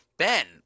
Ben